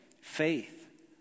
faith